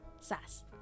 SASS